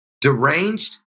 deranged